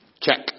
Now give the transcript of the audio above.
Check